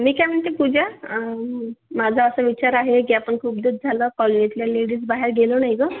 मी काय म्हणते पूजा माझा असा विचार आहे की आपण खूप दिवस झालं कॉलनीतल्या लेडीज बाहेर गेलो नाही गं